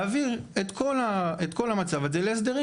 להעביר את כל המצב הזה להסדרים.